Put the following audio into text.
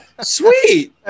Sweet